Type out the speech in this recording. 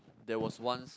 there was once